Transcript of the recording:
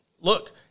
Look